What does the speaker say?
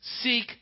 seek